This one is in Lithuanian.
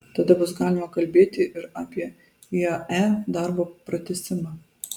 tada bus galima kalbėti ir apie iae darbo pratęsimą